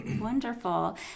Wonderful